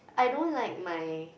I don't like my